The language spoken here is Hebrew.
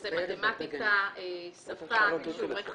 שזה מתמטיקה, שפה, כישורי חיים,